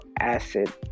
acid